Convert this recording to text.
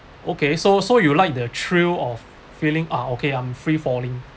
okay so so you like the thrill of feeling ah okay I'm free falling